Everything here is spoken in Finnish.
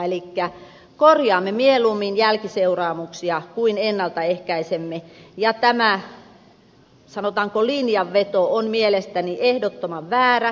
eli korjaamme mieluummin jälkiseuraamuksia kuin ennalta ehkäisemme ja tämä sanotaanko linjanveto on mielestäni ehdottoman väärä